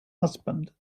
husband